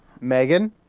Megan